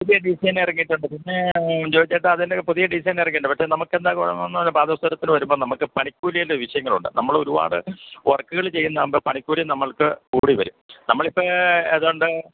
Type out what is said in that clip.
പുതിയ ഡിസൈൻ ഇറങ്ങിയിട്ടുണ്ട് പിന്നേ ജോയിച്ചേട്ടാ അതിന്റെ ഒക്കെ പുതിയ ഡിസൈൻ ഇറങ്ങിയിട്ടുണ്ട് പക്ഷെ നമുക്ക് എന്താണ് കുഴപ്പം എന്ന് പറഞ്ഞാൽ പാദസരത്തിൽ വരുമ്പം നമുക്ക് പണിക്കൂലീയുടെ വിഷയങ്ങൾ ഉണ്ട് നമ്മൾ ഒരുപാട് വർക്കുകൾ ചെയ്യുന്നത് ആകുമ്പം പണിക്കൂലി നമ്മള്ക്ക് കൂടി വരും നമ്മളിപ്പം ഏതാണ്ട്